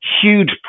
huge